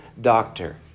doctor